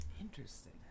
Interesting